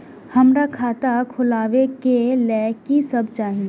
हमरा खाता खोलावे के लेल की सब चाही?